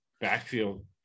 backfield